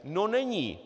No není.